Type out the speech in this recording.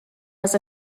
was